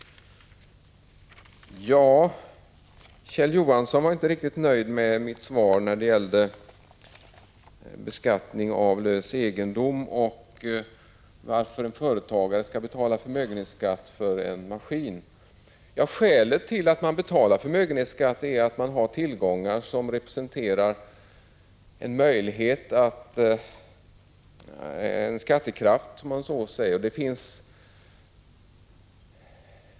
Kjell Johansson var inte riktigt nöjd med mitt svar när det gällde beskattning av lös egendom och varför en företagare skall betala förmögenhetsskatt för en maskin. Skälet till att man betalar förmögenhetsskatt är att man har tillgångar som representerar en skattekraft.